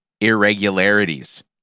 irregularities